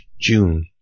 June